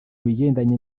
bigendanye